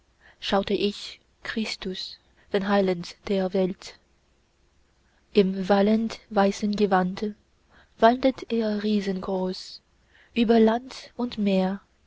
schaute ich christus den heiland der welt im wallend weißen gewande wandelt er riesengroß über land und meer